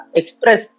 express